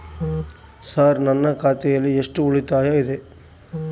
Sir ನನ್ನ ಖಾತೆಯಲ್ಲಿ ಎಷ್ಟು ಉಳಿತಾಯ ಇದೆ?